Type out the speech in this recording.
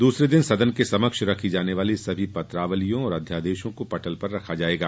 दूसरे दिन सदन के समक्ष रखे जाने वाले सभी पत्रावालियों और अध्यादेशों को पटल पर रखा जाएगा